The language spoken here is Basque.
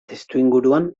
testuinguruan